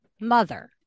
mother